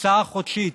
הוצאה חודשית.